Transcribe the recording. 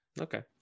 Okay